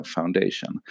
Foundation